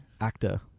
Actor